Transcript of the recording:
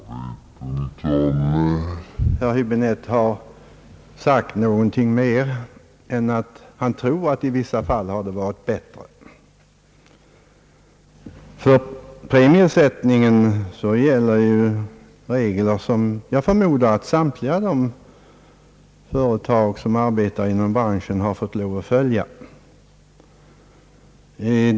Herr talman! Jag vet inte om herr Häbinette har sagt någonting mera än att han tror, att det i vissa fall har va rit bättre. För premiesättningen gäller ju regler, som jag förmodar att samtliga de företag som arbetar inom branschen har fått lov att följa.